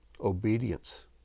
obedience